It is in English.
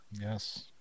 Yes